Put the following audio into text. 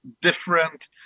different